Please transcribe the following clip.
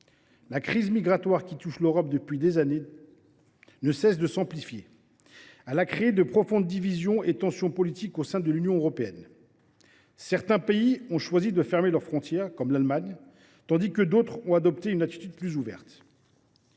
La crise migratoire qui touche l’Europe depuis des années ne cesse de s’amplifier. Elle a créé de profondes divisions et tensions politiques au sein de l’Union européenne. Certains pays, comme l’Allemagne, ont choisi de fermer leurs frontières, tandis que d’autres ont adopté une attitude plus ouverte.